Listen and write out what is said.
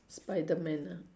spiderman ah